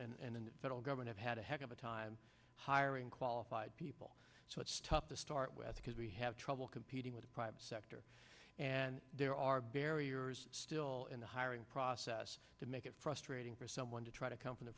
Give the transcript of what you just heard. all and in the federal government have had a heck of a time hiring qualified people so it's tough to start with because we have trouble competing with the private sector and there are barriers still in the hiring process to make it frustrating for someone to try to come from the